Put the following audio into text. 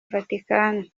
vatican